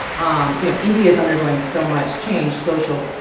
um you know, india's undergoing so much change social,